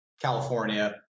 California